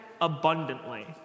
abundantly